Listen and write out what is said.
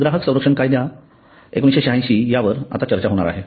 ग्राहक संरक्षण कायद्या १९८६ यावर आता चर्चा होणार आहे